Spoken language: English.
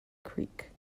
creek